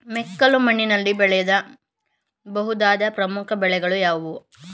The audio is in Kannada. ಮೆಕ್ಕಲು ಮಣ್ಣಿನಲ್ಲಿ ಬೆಳೆಯ ಬಹುದಾದ ಪ್ರಮುಖ ಬೆಳೆಗಳು ಯಾವುವು?